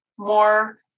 more